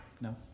No